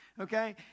okay